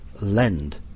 LEND